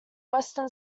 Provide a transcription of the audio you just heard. western